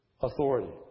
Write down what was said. authority